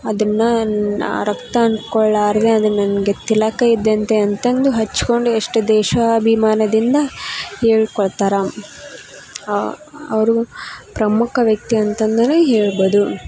ಅದನ್ನ ಆ ರಕ್ತ ಅನ್ಕೊಳ್ಳಾರದೆ ಅದು ನನಗೆ ತಿಲಕ ಇದ್ದಂತೆ ಅಂತೆಂದು ಹಚ್ಕೊಂಡು ಎಷ್ಟು ದೇಶಾಭಿಮಾನದಿಂದ ಹೇಳ್ಕೊಳ್ತಾರ ಆ ಅವರು ಪ್ರಮುಖ ವ್ಯಕ್ತಿ ಅಂತಂದನೇ ಹೇಳ್ಬೋದು